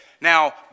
Now